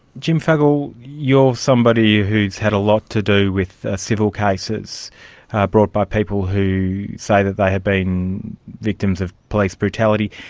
jim fuggle, you're somebody who's had a lot to do with civil cases brought by people who say that they have been victims of police brutality,